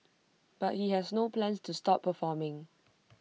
but he has no plans to stop performing